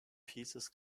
pieces